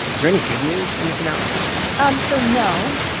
is there any good news in this analysis? um so no